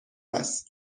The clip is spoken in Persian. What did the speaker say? است